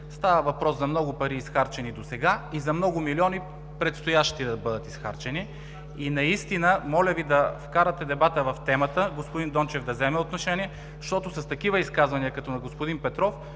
Става въпрос за много пари, изхарчени досега, и за много милиони, предстоящи да бъдат изхарчени. Моля Ви да вкарате дебата в темата, господин Дончев да вземе отношение, защото с такива изказвания като на господин Петров